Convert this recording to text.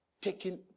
taking